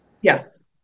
yes